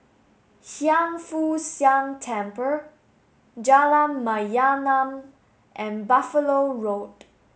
Hiang Foo Siang Temple Jalan Mayaanam and Buffalo Road